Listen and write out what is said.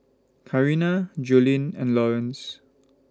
Carina Jolene and Lawrence